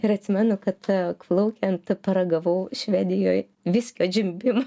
ir atsimenu kad plaukiant paragavau švedijoj viskio džimbim